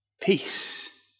peace